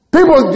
People